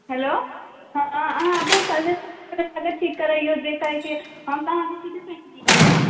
hello हँ अहाँ अपन सर्विस तविस कराके ठीक करियौ जे करैके अइ हम तऽ अहाँके ठीके साइकिल देलहुँ ने